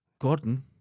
Gordon